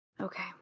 Okay